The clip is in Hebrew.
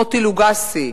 מוטי לוגסי,